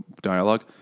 dialogue